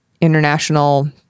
international